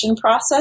process